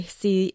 see